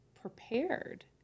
prepared